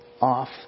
off